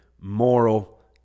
moral